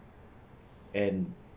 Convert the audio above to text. and